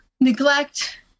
neglect